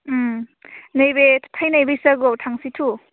ओम नैबे फैनाय बैसागुआव थांनोसै थौ